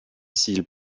s’il